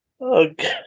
Okay